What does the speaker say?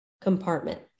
compartment